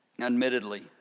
Admittedly